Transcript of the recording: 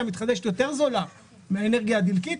המתחדשת יותר זולה מן האנרגיה הדלקית,